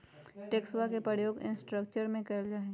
टैक्सवा के प्रयोग इंफ्रास्ट्रक्टर में कइल जाहई